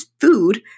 food